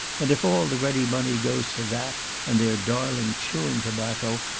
and if all the ready money goes for that and their darling chewing tobacco,